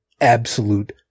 absolute